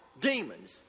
demons